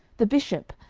the bishop,